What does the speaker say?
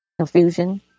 confusion